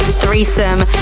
threesome